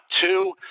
two